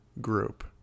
group